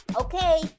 okay